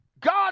God